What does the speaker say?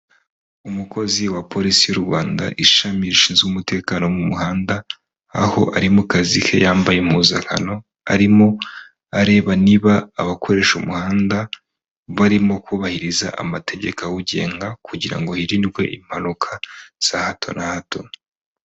Umukozi wa polisi y'u Rwanda ishami rishinzwe umutekano mu muhanda aho ari mu kazi ke yambaye impuzankano arimo areba niba abakoresha umuhanda barimo kubahiriza amategeko awugenga kugira ngo hirindwe impanuka za hato na hato.